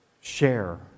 share